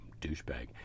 douchebag